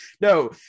no